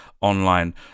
online